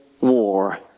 war